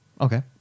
Okay